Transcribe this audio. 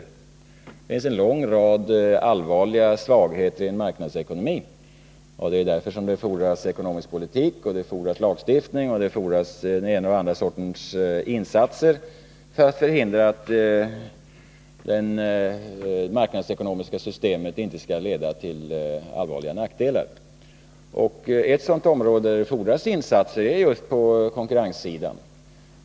Det finns en lång rad allvarliga svagheter i marknadsekonomin, och det är därför det fordras ekonomisk politik och lagstiftning och den ena eller andra sortens insatser för att förhindra att detta system skall medföra allvarliga nackdelar. Ett sådant område där det fordras insatser är just konkurrenssidan.